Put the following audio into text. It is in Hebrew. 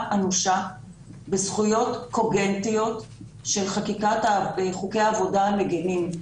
אנושה בזכויות קוגנטיות של חקיקת חוקי עבודה מגנים.